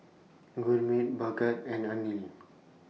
Gurmeet Bhagat and Anil